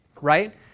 right